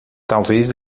talvez